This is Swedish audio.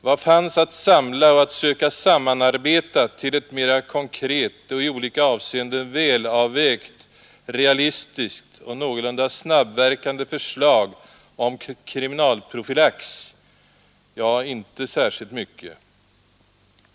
Vad fanns att samla och söka sammanarbeta till ett mera konkret och i olika avseenden välavvägt, realistiskt och någorlunda snabbverkande förslag om kriminalprofylax? Ja, inte särskilt mycket.